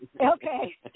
Okay